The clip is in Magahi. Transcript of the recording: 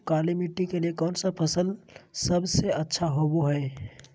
काली मिट्टी के लिए कौन फसल सब से अच्छा होबो हाय?